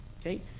okay